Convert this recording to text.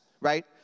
right